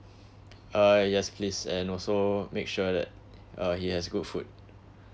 uh yes please and also make sure that uh he has good food